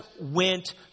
went